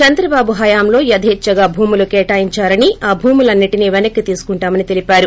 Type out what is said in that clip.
చంద్రబాబు హయాంలో యధేచ్చగా భూములు కేటాయించారని ఆ భూములన్నింటినీ వెనక్కి తీసుకుంటామని తెలిపారు